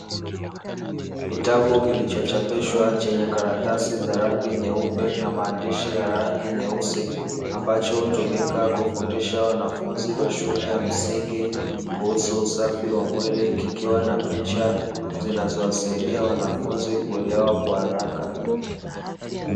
Kitabu kilichochapishwa chenye karatasi za rangi nyeupe na maandishi ya rangi nyeusi, ambacho hutumika kufundisha wanafunzi wa shule ya msingi kuhusu usafi wa mwili, kikiwa na picha zinazowasaidia wanafunzi kuelewa kwa haraka.